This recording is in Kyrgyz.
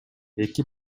эки